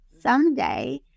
someday